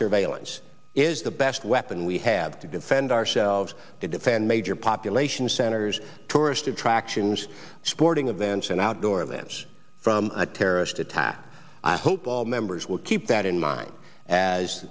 surveillance is the best weapon we have to defend ourselves to defend major population centers tourist attractions sporting events and outdoor events from a terrorist attack i hope all members will keep that in mind as